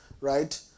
right